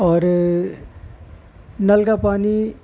اور نل کا پانی